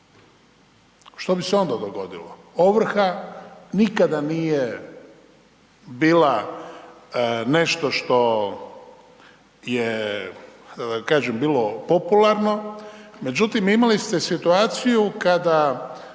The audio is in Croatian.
Što bi se onda dogodilo? Ovrha nikada nije bila nešto što je kako da kažem, bilo popularno, međutim, imali ste situaciju kada